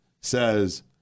says